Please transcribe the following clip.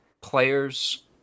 players